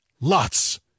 lots